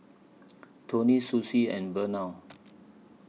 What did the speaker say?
Toni Susie and Vernal